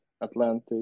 Atlantic